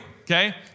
okay